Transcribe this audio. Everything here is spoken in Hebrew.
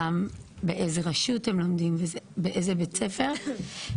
גם באיזה רשות הם לומדים, באיזה בית ספר.